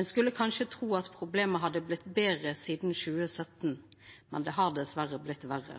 Ein skulle kanskje tru at problemet hadde blitt betre sidan 2017, men det har dessverre blitt verre.